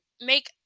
make